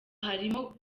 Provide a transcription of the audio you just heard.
harimo